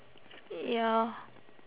ya